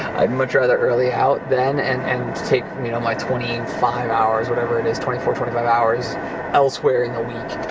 i'd much rather early-out then and and take you know my twenty five hours, whatever it is, twenty four twenty five hours elsewhere in the week.